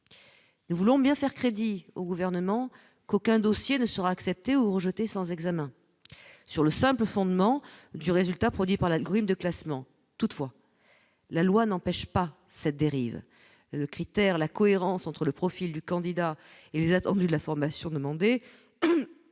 nous voulons bien faire crédit au gouvernement, qu'aucun dossier ne sera acceptée ou rejetée sans examen sur le simple fondement du résultat, produit par la grume de classement, toutefois, la loi n'empêche pas cette dérive, le critère la cohérence entre le profil du candidat, ils attendent la formation demandée,